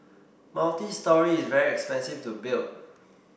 multistory is very expensive to build